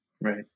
Right